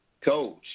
coach